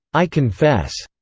i confess,